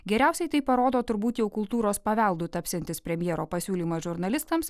geriausiai tai parodo turbūt jau kultūros paveldu tapsiantis premjero pasiūlymas žurnalistams